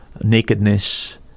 nakedness